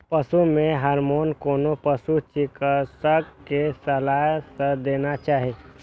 पशु मे हार्मोन कोनो पशु चिकित्सक के सलाह सं देना चाही